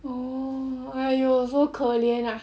oh !aiyo! so 可怜 ah